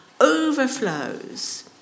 overflows